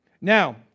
Now